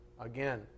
again